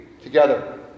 together